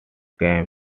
calm